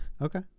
Okay